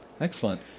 Excellent